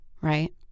Right